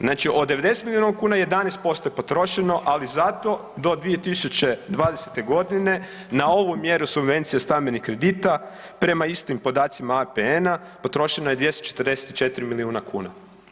Znači od 90 milijuna kuna 11% je potrošeno, ali zato do 2020.g. na ovu mjeru subvencije stambenih kredita prema istim podacima APN-a potrošeno je 244 milijuna kuna.